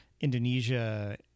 Indonesia